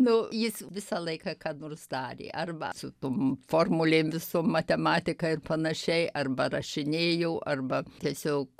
nu jis visą laiką ką nors darė arba su tom formulėm visom matematika ir panašiai arba rašinėjo arba tiesiog